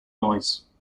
noise